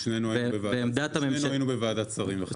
ושנינו היתה בוועדת שרים לחקיקה.